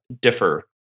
differ